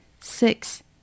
Six